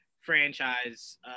franchise